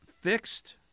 fixed